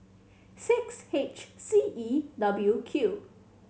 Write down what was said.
six H C E W Q